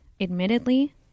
admittedly